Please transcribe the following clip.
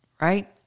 right